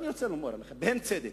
ואני רוצה לומר לך, בהן צדק,